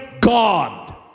God